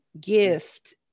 gift